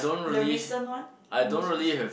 the recent one most recent